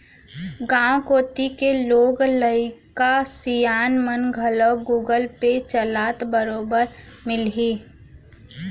गॉंव कोती के लोग लइका सियान मन घलौ गुगल पे चलात बरोबर मिलहीं